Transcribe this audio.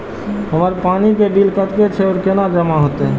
हमर पानी के बिल कतेक छे और केना जमा होते?